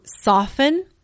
soften